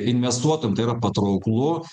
investuotojam tai yra patrauklu